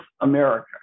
America